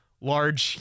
large